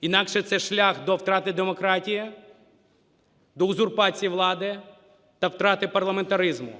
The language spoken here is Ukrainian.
Інакше це шлях до втрати демократії, до узурпації влади та втрати парламентаризму.